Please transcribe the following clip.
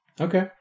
Okay